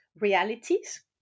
realities